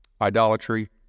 Idolatry